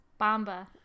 Bamba